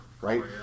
right